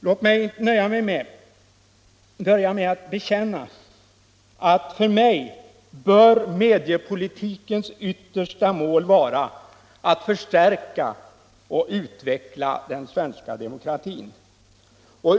Låt mig börja med att bekänna att enligt min uppfattning bör mediepolitikens yttersta mål vara att förstärka och utveckla den svenska demokratin.